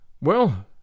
Well